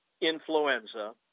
influenza